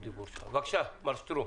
בבקשה, מר שטרום.